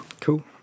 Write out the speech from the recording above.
Cool